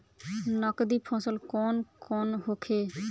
नकदी फसल कौन कौनहोखे?